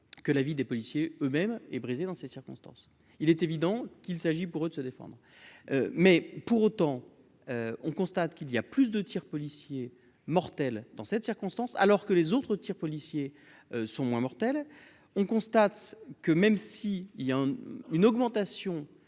que la vie des policiers eux-mêmes et brisé dans ces circonstances, il est évident qu'il s'agit pour eux de se défendre, mais pour autant, on constate qu'il y a plus de tirs policiers mortel dans cette circonstance, alors que les autres tirs policiers sont moins mortel, on constate que même si il y a une augmentation